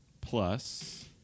plus